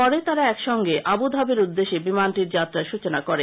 পরে তারা একসঙ্গে আবুধাবির উদ্দেশ্যে বিমানটির যাত্রার সৃচনা করেন